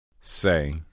Say